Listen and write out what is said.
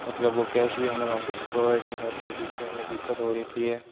मतलब वो कैश भी हमें वापस प्रोवाइड नहीं कर रहे है जिससे हमें दिक्कत हो रखी है